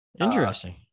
Interesting